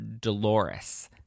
Dolores